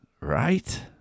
right